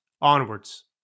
onwards